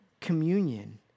communion